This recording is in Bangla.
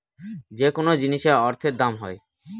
যেকোনো জিনিসের অর্থের দাম হয়